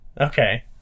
okay